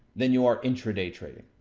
than you're intraday trading.